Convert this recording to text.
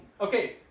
Okay